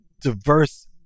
diverse